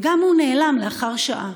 וגם הוא נעלם לאחר שעה.